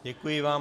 Děkuji vám.